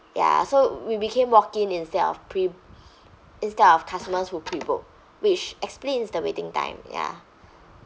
ya so we became walked in instead of pre~ instead of customers who pre-booked which explains the waiting time ya